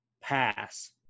Pass